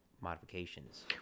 modifications